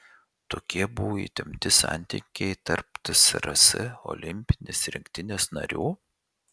tokie buvo įtempti santykiai tarp tsrs olimpinės rinktinės narių